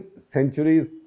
centuries